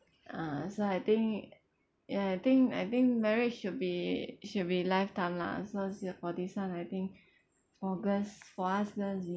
ah so I think ya I think I think marriage should be should be lifetime lah so still for this [one] I think for girls for us girls you